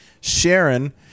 Sharon